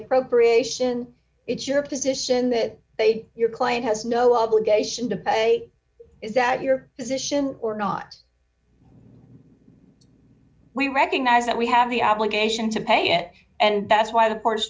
appropriation it's your position that they your client has no obligation to pay is that your position or not we recognize that we have the obligation to pay it and that's why the